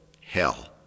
hell